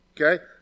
Okay